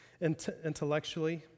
intellectually